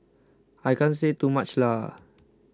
I can't say too much lah